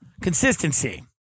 Consistency